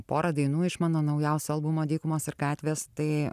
pora dainų iš mano naujausio albumo dykumos ir gatvės tai